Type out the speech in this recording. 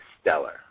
stellar